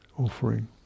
Offering